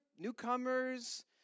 Newcomers